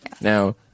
Now